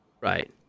right